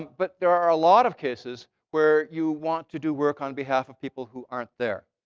but there are a lot of cases where you want to do work on behalf of people who aren't there.